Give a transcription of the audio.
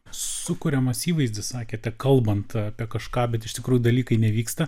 sukuriamas įvaizdis sakėte kalbant apie kažką bet iš tikrųjų dalykai nevyksta